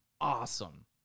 awesome